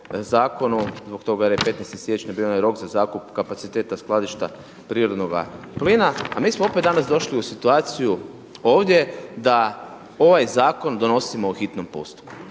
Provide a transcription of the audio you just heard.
zakonu zbog toga jer je 15. siječnja bio onaj rok za zakup kapaciteta skladišta prirodnoga plina. A mi smo opet danas došli u situaciju ovdje da ovaj zakon donosimo po hitnom postupku.